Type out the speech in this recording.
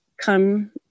come